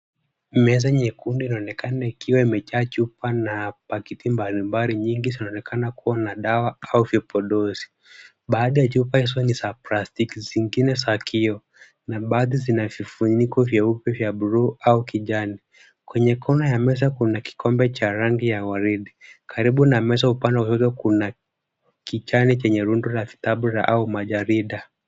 Meza nyekundu inaonekana ikiwa imejaa chupa na pakiti mbalimbali nyingi zinazoonekana kuwa na dawa au vipodozi. Baadhi ya chupa hizo ni za plastiki, zingine za kioo, na baadhi zina vifuniko vyeupe, vya buluu au kijani. Kwenye kona ya meza kuna kikombe cha rangi ya waridi. Karibu na meza upande wa kushoto kuna kichani chenye rundo la vitabu, au majarida.